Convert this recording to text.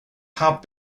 have